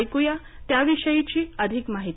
ऐक्या त्याविषयीची अधिक माहिती